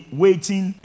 waiting